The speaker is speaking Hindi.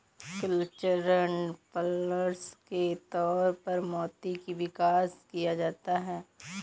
कल्चरड पर्ल्स के तौर पर मोती का विकास किया जाता है